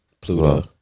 Pluto